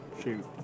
Shoot